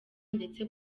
ndetse